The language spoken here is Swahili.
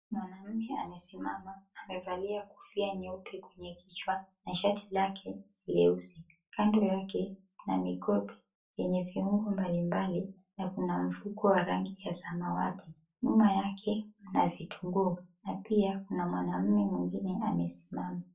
Mwanaume amesimama amevalia kofia nyeupe kwenye kichwa na shati lake leusi, kando yake mna mikopo yenye viungo mbali mbali na kuna mfuko wa rangi ya samawati nyuma yake mna vitunguu pia kuna mwanaume wingine amesimama.